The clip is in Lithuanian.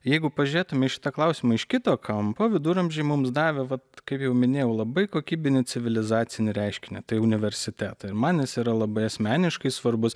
jeigu pažiūrėtume į šitą klausimą iš kito kampo viduramžiai mums davė vat kaip jau minėjau labai kokybinį civilizacinį reiškinį tai universitetai ir man jis yra labai asmeniškai svarbus